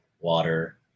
water